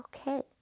okay